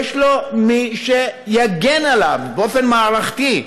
יש לו מי שיגן עליו באופן מערכתי,